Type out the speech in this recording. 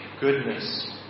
goodness